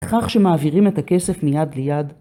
כך שמעבירים את הכסף מיד ליד.